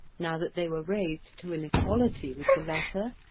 now that they were raised to an equality with the latter,